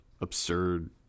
absurd